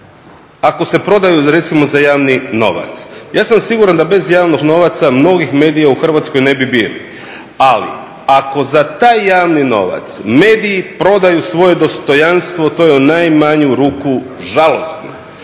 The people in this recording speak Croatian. Ako se prodaju recimo za javni novac, ja sam siguran da bez javnog novca, mnogih medija u Hrvatskoj ne bi bilo, ali ako za taj javni novac mediji prodaju svoje dostojanstvo, to je u najmanju ruku žalosno.